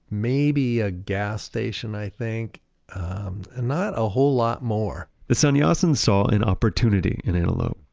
maybe a gas station, i think, and not a whole lot more the sannyasins saw an opportunity in antelope.